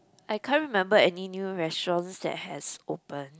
I can't remember any new restaurants that has open